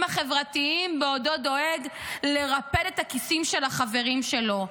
החברתיים בעודו דואג לרפד את הכיסים של החברים שלו,